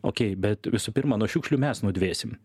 okei bet visų pirma nuo šiukšlių mes nudvėsim